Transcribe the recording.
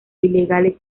ilegales